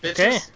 Okay